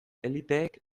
eliteek